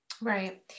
Right